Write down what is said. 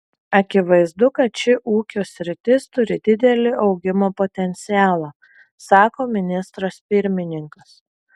akivaizdu kad ši ūkio sritis turi didelį augimo potencialą sako ministras pirmininkas